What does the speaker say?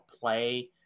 play